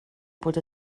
bod